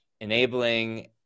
enabling